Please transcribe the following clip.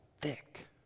thick